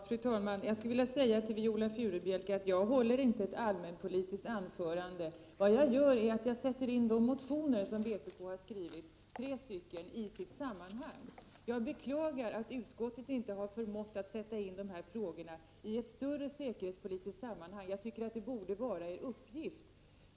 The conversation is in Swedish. Fru talman! Jag skulle vilja säga till Viola Furubjelke att jag inte har hållit ett allmänpolitiskt anförande. Jag har försökt sätta in vpk:s tre motioner i deras sammanhang. Jag beklagar att utskottet inte har förmått sätta in dessa frågor i ett större säkerhetspolitiskt sammanhang. Jag tycker att det borde vara utskottets uppgift.